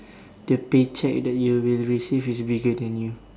the paycheck that you will receive is bigger than you